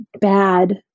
bad